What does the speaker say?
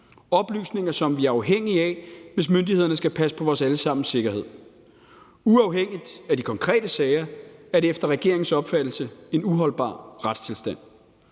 oplysninger, som vi er afhængige af, hvis myndighederne skal passe på vores alle sammens sikkerhed. Uafhængigt af de konkrete sager er det efter regeringens opfattelse en uholdbar retstilstand.